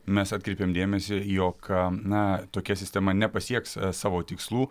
mes atkreipėm dėmesį jog na tokia sistema nepasieks savo tikslų